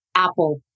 Apple